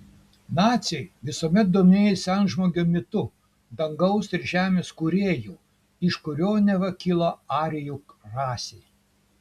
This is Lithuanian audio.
naciai visuomet domėjosi antžmogio mitu dangaus ir žemės kūrėju iš kurio neva kilo arijų rasė